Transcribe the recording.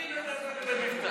אני מדבר במבטא.